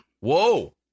Whoa